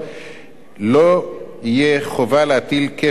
לא תהיה חובה להטיל עליו את כפל הקנס המזערי.